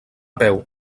peu